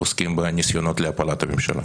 עוסקים בניסיונות להפלת הממשלה.